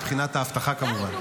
מבחינת האבטחה כמובן,